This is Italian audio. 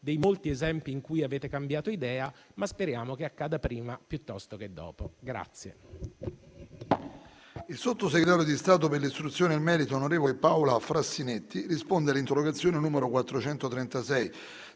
delle molte cose su cui avete cambiato idea, ma speriamo che accada prima piuttosto che dopo.